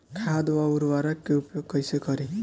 खाद व उर्वरक के उपयोग कइसे करी?